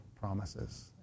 promises